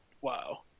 wow